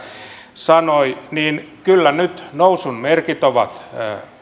sanoi niin kyllä nyt nousun merkit ovat